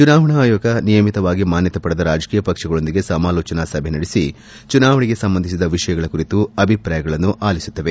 ಚುನಾವಣಾ ಆಯೋಗ ನಿಯಮಿತವಾಗಿ ಮಾನ್ಯತೆ ಪಡೆದ ರಾಜಕೀಯ ಪಕ್ಷಗಳೊಂದಿಗೆ ಸಮಾಲೋಚನಾ ಸಭೆ ನಡೆಸಿ ಚುನಾವಣೆಗೆ ಸಂಬಂಧಿಸಿದ ವಿಷಯಗಳ ಕುರಿತು ಅಭಿಪ್ರಾಯಗಳನ್ನು ಅಲಿಸುತ್ತವೆ